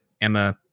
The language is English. Emma